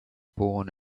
born